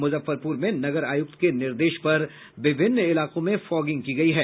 मुजफ्फरपुर में नगर आयुक्त के निर्देश पर विभिन्न इलाकों में फॉगिंग की गयी है